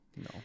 No